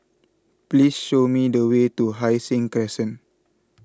please show me the way to Hai Sing Crescent